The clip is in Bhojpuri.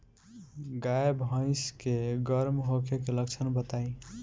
गाय भैंस के गर्म होखे के लक्षण बताई?